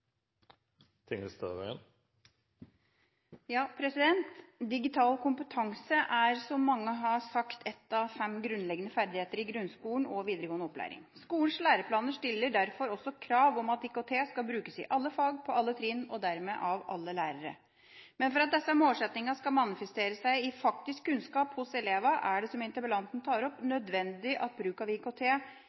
gjelder dette. Digital kompetanse er, som mange har sagt, en av fem grunnleggende ferdigheter i grunnskolen og videregående opplæring. Skolens læreplaner stiller derfor også krav om at IKT skal brukes i alle fag på alle trinn, og dermed av alle lærere. Men for at disse målsettingene skal manifestere seg i faktisk kunnskap hos elevene, er det, som interpellanten tar opp, nødvendig at bruk av IKT